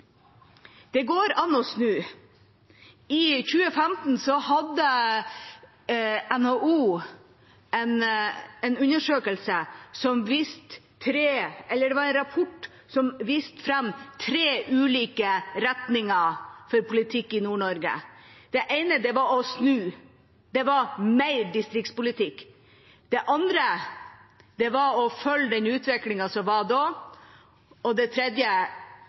det går an å snu. I 2015 kom det en NHO-rapport som viste tre ulike retninger for politikk i Nord-Norge. Det ene var å snu – det er mer distriktspolitikk. Det andre var å følge utviklingen som var da, og det tredje